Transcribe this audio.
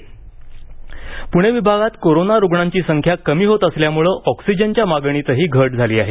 प्णे विभागात कोरोना रुग्णांची संख्या कमी होत असल्यानं ऑक्सिजनच्या मागणीतही घट झाली आहे